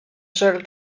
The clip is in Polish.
żel